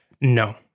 No